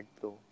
Pro